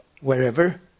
wherever